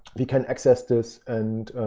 we can access this, and